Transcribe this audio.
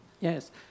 Yes